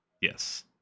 Yes